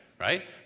right